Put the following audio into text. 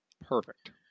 Perfect